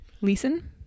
Leeson